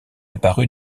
apparu